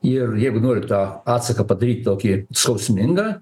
ir jeigu nori tą atsaką padaryt tokį skausmingą